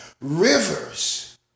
rivers